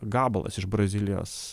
gabalas iš brazilijos